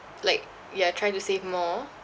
like ya try to save more